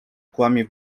kłamie